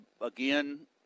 again